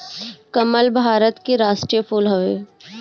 कमल भारत के राष्ट्रीय फूल हवे